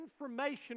information